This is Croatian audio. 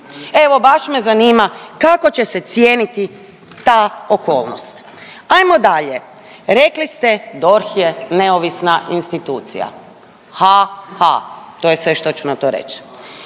evo baš me zanima kako će se cijeniti ta okolnost. Ajmo dalje. Rekli ste, DORH je neovisna institucija. Ha-ha. To je sve što ću na to reć'.